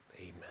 Amen